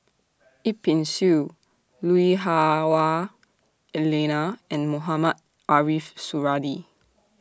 Yip Pin Xiu Lui Hah Wah Elena and Mohamed Ariff Suradi